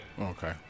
Okay